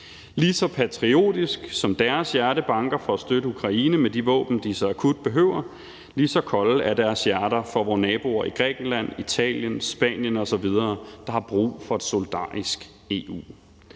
Lige så patriotisk deres hjerte banker for at støtte Ukraine med de våben, de så akut behøver, lige så kolde er deres hjerter for vore naboer i Grækenland, Italien, Spanien osv., der har brug for et solidarisk EU.